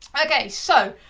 okay, so,